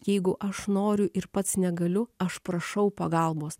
jeigu aš noriu ir pats negaliu aš prašau pagalbos